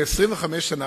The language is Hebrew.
כ-25 שנה,